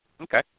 Okay